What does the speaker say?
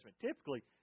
typically